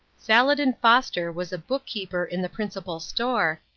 saladin foster was book-keeper in the principal store,